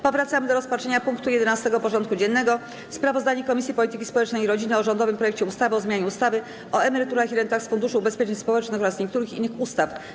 Powracamy do rozpatrzenia punktu 11. porządku dziennego: Sprawozdanie Komisji Polityki Społecznej i Rodziny o rządowym projekcie ustawy o zmianie ustawy o emeryturach i rentach z Funduszu Ubezpieczeń Społecznych oraz niektórych innych ustaw.